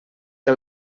que